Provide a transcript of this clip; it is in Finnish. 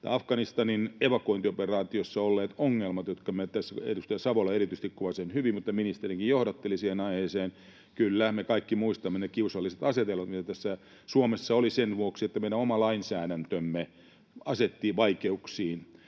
Afganistanin evakuointioperaatiossa olleet ongelmat, jotka erityisesti edustaja Savola kuvasi hyvin mutta joiden aiheeseen ministerikin johdatteli: Kyllä, me kaikki muistamme ne kiusalliset asetelmat, mitä Suomessa oli tässä sen vuoksi, että meidän oma lainsäädäntömme asetettiin vaikeuksiin.